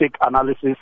analysis